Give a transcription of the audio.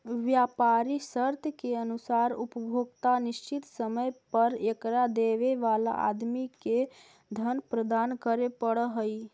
व्यापारी शर्त के अनुसार उपभोक्ता निश्चित समय पर एकरा देवे वाला आदमी के धन प्रदान करे पड़ऽ हई